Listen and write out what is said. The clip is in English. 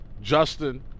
Justin